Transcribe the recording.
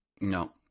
No